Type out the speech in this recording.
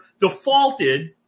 defaulted